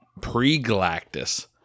pre-galactus